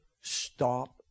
stop